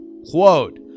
Quote